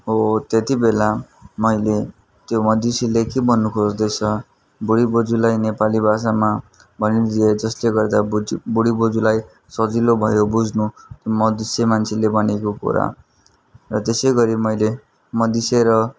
हो त्यति बेला मैले त्यो मदिसेले के भन्नु खोज्दैछ बुढी बोजूलाई नेपाली भाषामा भनिदिएँ जसले गर्दा बोज्यू बुडी बोज्यूलाई सजिलो भयो बुझ्नु मदिसे मान्छेले भनेको कुरा र त्यसै गरी मैले मदिसे र